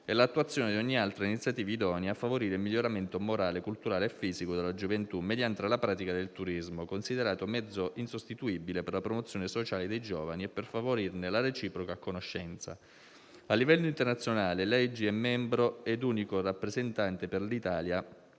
e l'attuazione di ogni altra iniziativa idonea a favorire il miglioramento morale, culturale e fisico della gioventù mediante la pratica del turismo, considerato un mezzo insostituibile per la promozione sociale dei giovani e per favorirne la reciproca conoscenza. A livello internazionale l'AIG è membro e unico rappresentante per l'Italia